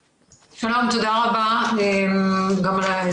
שלום, תודה רבה על ההסבר.